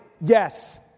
Yes